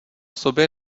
sobě